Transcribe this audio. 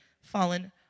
fallen